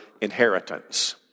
inheritance